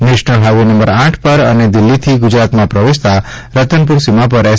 national highway number આઠ પર અને દિલ્હીથી ગુજરાતમાં પ્રવેશતા રતનપુર સીમા પર એસ